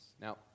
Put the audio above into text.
Now